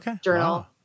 Journal